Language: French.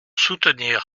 soutenir